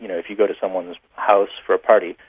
you know if you go to someone's house for a party,